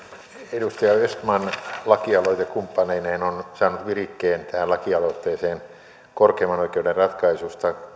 edustaja östman lakialoitekumppaneineen on saanut virikkeen tähän lakialoitteeseen korkeimman oikeuden ratkaisusta